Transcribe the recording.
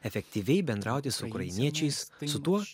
efektyviai bendrauti su ukrainiečiais su tuo